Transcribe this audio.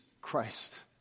Christ